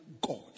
God